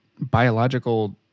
biological